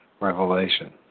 Revelation